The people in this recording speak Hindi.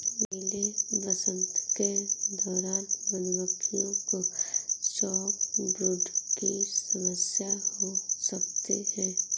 गीले वसंत के दौरान मधुमक्खियों को चॉकब्रूड की समस्या हो सकती है